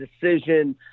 decision